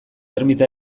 ermita